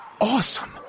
awesome